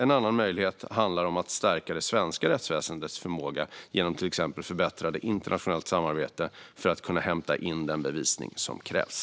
En annan möjlighet handlar om att stärka det svenska rättsväsendets förmåga genom till exempel förbättrat internationellt samarbete för att kunna hämta in den bevisning som krävs.